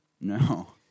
No